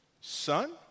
son